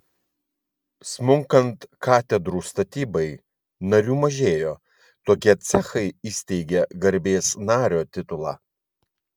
smunkant katedrų statybai narių mažėjo tokie cechai įsteigė garbės nario titulą